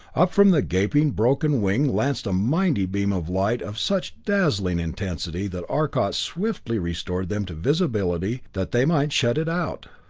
up from the gaping, broken wing lanced a mighty beam of light of such dazzling intensity that arcot swiftly restored them to visibility that they might shut it out.